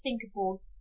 thinkable